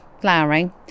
flowering